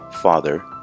father